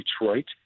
Detroit